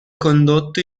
condotto